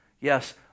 Yes